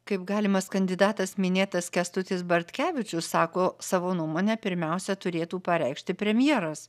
kaip galimas kandidatas minėtas kęstutis bartkevičius sako savo nuomonę pirmiausia turėtų pareikšti premjeras